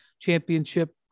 championship